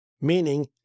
meaning